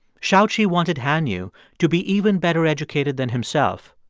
shaoqi wanted han yu to be even better educated than himself,